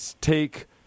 take